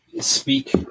speak